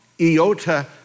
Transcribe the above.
iota